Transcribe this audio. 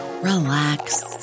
relax